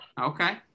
okay